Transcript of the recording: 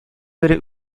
бере